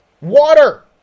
Water